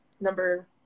number